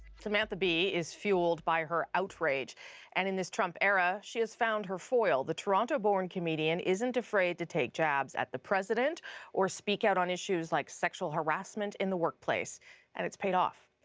samantha bee is fuelled by her outrage and in this trump era she's found her foil, the toronto-born comedienne isn't afraid to take jabs at the president or speak out on issues like sexual harassment in the workplace and it's paid off.